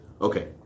Okay